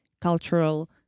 cultural